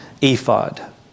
ephod